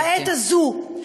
בעת הזאת,